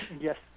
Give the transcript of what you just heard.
Yes